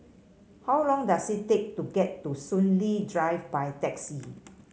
how long does it take to get to Soon Lee Drive by taxi